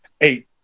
eight